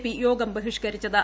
P യോഗം ബഹിഷ്ക്കരിച്ചത്